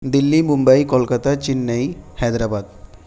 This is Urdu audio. دلی ممبئی کولکتہ چینئی حیدرآباد